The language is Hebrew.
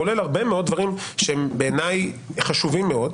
כולל הרבה מאוד דברים שבעיניי הם חשובים מאוד,